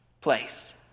place